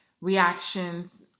reactions